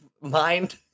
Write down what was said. mind